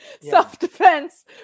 self-defense